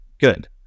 Good